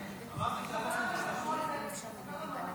כבוד השר או השרה, חברי כנסת נכבדים,